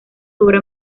obra